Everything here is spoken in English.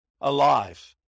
alive